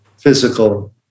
physical